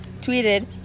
tweeted